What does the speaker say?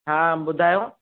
हा ॿुधायो